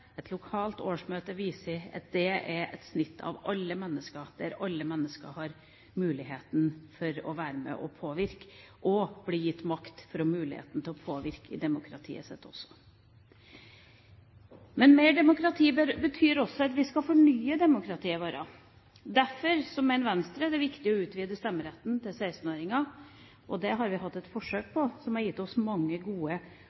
Et lokalt årsmøte viser at det er et snitt av alle mennesker, der alle mennesker har muligheten til å være med og påvirke og bli gitt makt for å ha muligheten til å påvirke også demokratiet. Men mer demokrati betyr også at vi skal fornye demokratiet vårt. Derfor mener Venstre at det er viktig å utvide stemmeretten til 16-åringer. Det har vi hatt et forsøk på som har gitt oss mange gode